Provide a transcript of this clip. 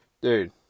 Dude